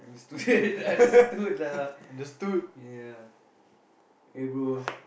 understooded understood lah ya eh bro